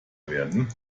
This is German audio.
werden